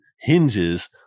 hinges